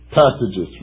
passages